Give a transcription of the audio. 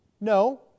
No